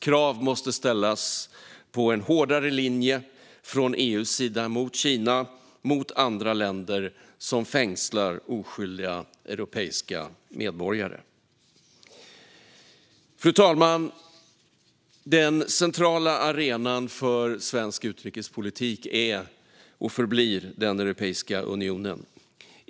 Krav måste ställas på en hårdare linje från EU:s sida mot Kina och andra länder som fängslar oskyldiga europeiska medborgare. Fru talman! Den centrala arenan för svensk utrikespolitik är och förblir Europeiska unionen.